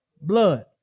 blood